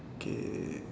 okay